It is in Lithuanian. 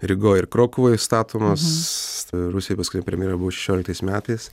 rygoj ir krokuvoj statomos rusijoj paskutinė premjera buvo šešioliktais metais